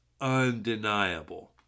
undeniable